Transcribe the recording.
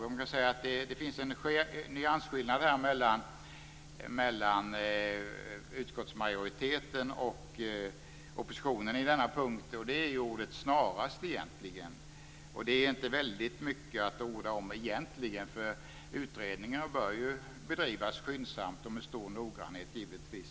Här kan man säga att det finns en nyansskillnad mellan utskottsmajoriteten och oppositionen, och det gäller ordet "snarast". Det är egentligen inte så mycket att orda om. Utredningar bör ju bedrivas skyndsamt - och med stor noggrannhet, givetvis.